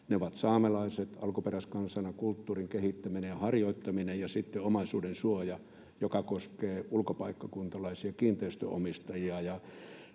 Ne ovat saamelaiset alkuperäiskansana, kulttuurin kehittäminen ja harjoittaminen, ja sitten on omaisuudensuoja, joka koskee ulkopaikkakuntalaisia kiinteistönomistajia,